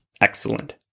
Excellent